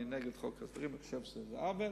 אני נגד חוק ההסדרים, ואני חושב שזה עוול,